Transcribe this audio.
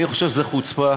אני חושב שזו חוצפה